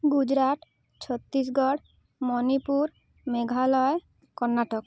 Gujarat Chhattisgarh Manipur Meghalaya Karnataka